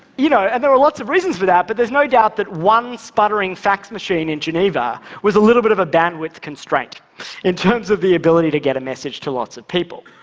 you know and there are lots of reasons for that, but there's no doubt that one sputtering fax machine in geneva was a little bit of a bandwidth constraint in terms of the ability to get a message to lots of people.